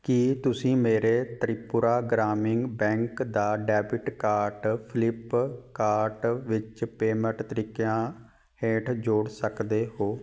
ਕੀ ਤੁਸੀਂਂ ਮੇਰੇ ਤ੍ਰਿਪੁਰਾ ਗ੍ਰਾਮੀਣ ਬੈਂਕ ਦਾ ਡੈਬਿਟ ਕਾਰਟ ਫਲਿੱਪਕਾਰਟ ਵਿੱਚ ਪੇਮਟ ਤਰੀਕਿਆਂ ਹੇਠ ਜੋੜ ਸਕਦੇ ਹੋ